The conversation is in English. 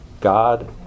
God